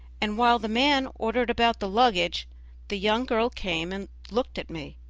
and while the man ordered about the luggage the young girl came and looked at me.